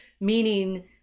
meaning